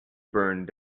burned